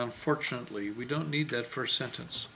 unfortunately we don't need that first sentence